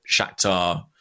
Shakhtar